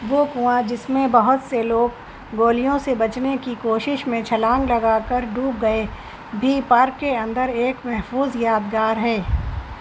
وہ کنواں جس میں بہت سے لوگ گولیوں سے بچنے کی کوشش میں چھلانگ لگا کر ڈوب گئے بھی پارک کے اندر ایک محفوظ یادگار ہے